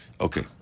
okay